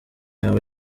yawe